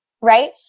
right